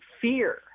fear